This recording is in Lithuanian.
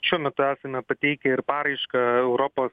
šiuo metu esame pateikę ir paraišką europos